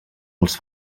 els